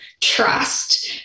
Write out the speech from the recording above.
trust